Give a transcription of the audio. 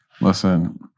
Listen